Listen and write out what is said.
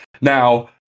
Now